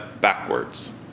backwards